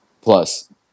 plus